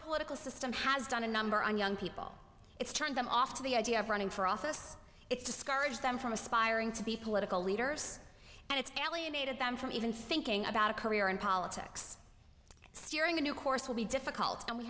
political system has done a number on young people it's turned them off to the idea of running for office it's discourage them from aspiring to be political leaders and it's galleon aided them from even thinking about a career in politics steering a new course will be difficult and we